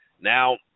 Now